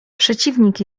przeciwnik